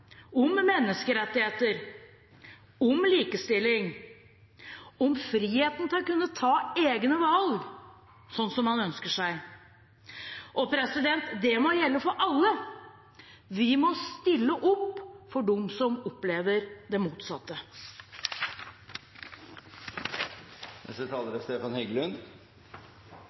om menneskerettigheter, om likestilling, om friheten til å kunne ta egne valg, sånn som man ønsker seg. Og det må gjelde for alle. Vi må stille opp for dem som opplever det motsatte. Jeg er